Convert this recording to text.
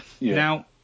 Now